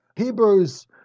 Hebrews